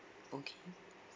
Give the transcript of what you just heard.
okay